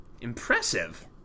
Impressive